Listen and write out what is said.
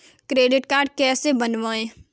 Credit card कैसे बनवाएँ?